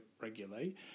regularly